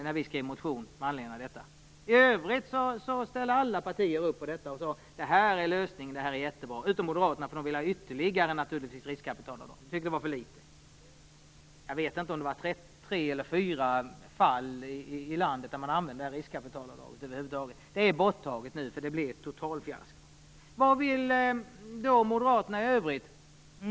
Alla andra partier - utom Moderaterna, som naturligtvis ville ha ytterligare riskkapitalavdrag och som tyckte att det var för litet - ställde sig bakom detta och sade att detta var en bra lösning. Jag tror att detta riskkapitalavdrag användes i tre eller fyra fall i landet. Nu är det borttaget, eftersom det blev ett totalt fiasko. Vad vill Moderaterna i övrigt?